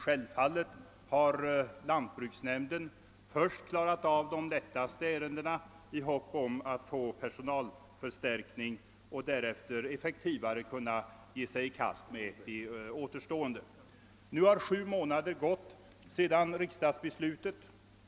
Självfallet har lantbruksnämnden först klarat av de lättaste ärendena i hopp om att få personalförstärkning för att därefter effektivare kunna ge sig i kast med de återstående. Nu har sju månader gått sedan riksdagsbeslutet.